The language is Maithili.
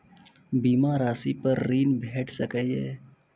बीमा रासि पर ॠण भेट सकै ये?